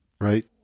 right